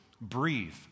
breathe